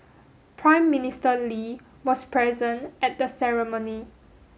Prime Minister Lee was present at the ceremony